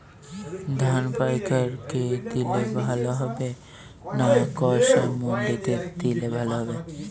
ধান পাইকার কে দিলে ভালো হবে না কিষান মন্ডিতে দিলে ভালো হবে?